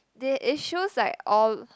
they it shows like all